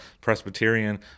Presbyterian